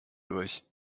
durch